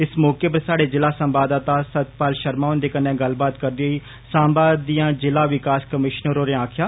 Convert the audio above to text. इस मौके पर स्हाढ़े जिला संवाददाता सतपाल शर्मा हुंदे कन्नै गल्लबात करदे होई साम्बा दी ज़िला विकास कमीशनर होरें आक्खेआ